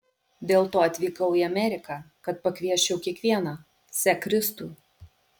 dėl to atvykau į ameriką kad pakviesčiau kiekvieną sek kristų